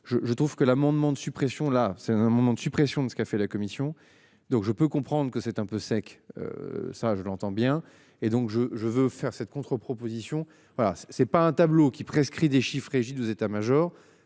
je trouve que l'amendement de suppression, là c'est un moment de suppression de ce qu'elle fait la commission donc je peux comprendre que c'est un peu sec. Ça je l'entends bien et donc je, je veux faire cette contre-proposition voilà c'est pas un tableau qui prescrit déchiffrer égide vous états majors.